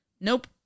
nope